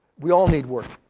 we all need work.